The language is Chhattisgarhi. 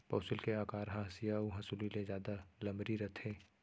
पौंसुल के अकार ह हँसिया अउ हँसुली ले जादा लमरी रथे